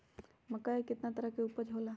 मक्का के कितना तरह के उपज हो ला?